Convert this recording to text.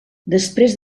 després